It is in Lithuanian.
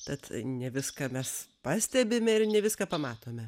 tad ne viską mes pastebime ir ne viską pamatome